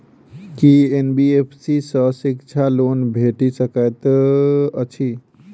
की NBFC सँ शिक्षा loan भेटि सकैत अछि?